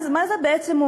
מה זה אומר?